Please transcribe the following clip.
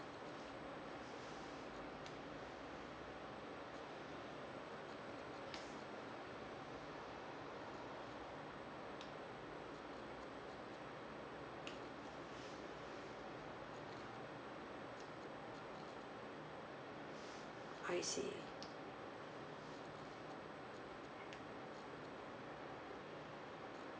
I see